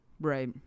right